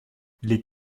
les